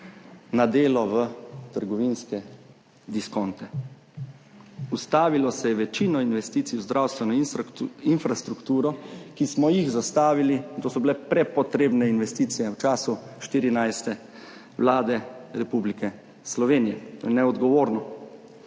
na delo v trgovinske diskonte. Ustavilo se je večino investicij v zdravstveno infrastrukturo, ki smo jih zastavili, to so bile prepotrebne investicije v času 14. Vlade Republike Slovenije. Neodgovorno.